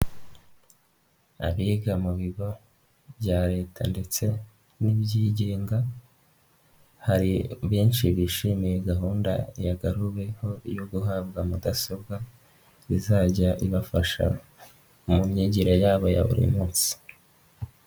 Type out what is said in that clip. Abiga mu bigo bya leta ndetse n'ibyigenga hari benshi bishimiye gahunda yagaruweho yo guhabwa mudasobwa, izajya ibafasha mu myigire yabo ya buri munsi.